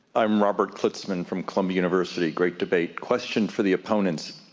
i'm robert klitzman from columbia university. great debate. question for the opponents,